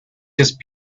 just